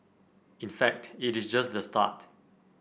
in fact it is just the start